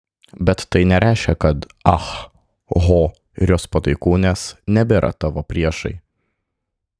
bet tai nereiškia kad ah ho ir jos pataikūnės nebėra tavo priešai